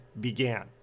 began